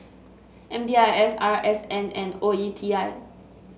M D I S R S N and O E T I